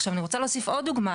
עכשיו, אני רוצה להוסיף עוד דוגמא.